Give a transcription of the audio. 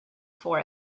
for